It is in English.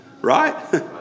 right